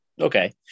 okay